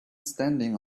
standing